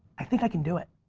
i think i can do it.